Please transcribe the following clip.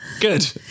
Good